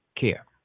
care